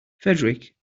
fedric